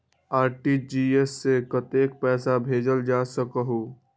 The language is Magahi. आर.टी.जी.एस से कतेक पैसा भेजल जा सकहु???